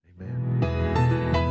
Amen